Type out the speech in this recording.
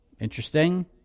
Interesting